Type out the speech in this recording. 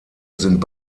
sind